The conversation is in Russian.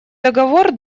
договор